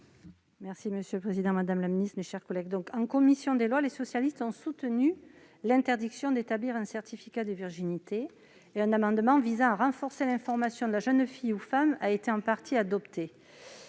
: La parole est à Mme Marie-Pierre Monier. En commission des lois, les socialistes ont soutenu l'interdiction d'établir un certificat de virginité. Un amendement visant à renforcer l'information de la jeune fille ou femme a été en partie adopté.